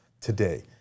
today